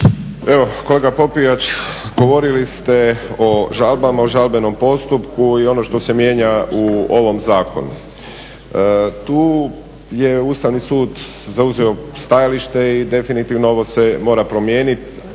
kolega Popijač, govorili ste o žalbama, o žalbenom postupku i ono što se mijenja u ovom zakonu. Tu je Ustavni sud zauzeo stajalište i definitivno ovo se mora promijeniti